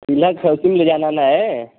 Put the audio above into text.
तिलक function में जाना ना है